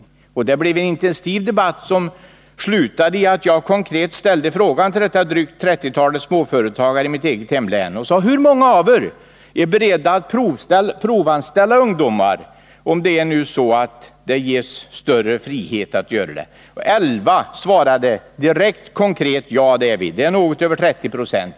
Det blev en intensiv debatt, som slutade med att jag till detta drygt trettiotal småföretagare i mitt eget hemlän konkret ställde frågan: Hur många av er är beredda att provanställa ungdomar, om det ges större frihet att göra detta? 11 svarade direkt ja. Det är något över 30 96.